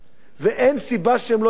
אין סיבה שהם לא יעברו.